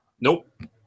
Nope